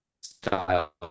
style